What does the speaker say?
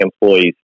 employees